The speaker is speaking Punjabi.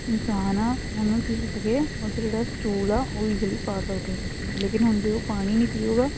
ਇਨਸਾਨ ਆ ਉਹਨੂੰ ਕੀ ਹੋ ਸਕੇ ਉਹਦਾ ਜਿਹੜਾ ਸਟੂਲ ਆ ਉਹ ਈਜਲੀ ਪਾਸ ਆਊਟ ਹੋ ਸਕੇ ਲੇਕਿਨ ਹੁਣ ਜੇ ਉਹ ਪਾਣੀ ਨਹੀਂ ਪੀਵੇਗਾ